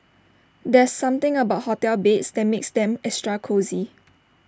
there's something about hotel beds that makes them extra cosy